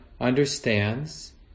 understands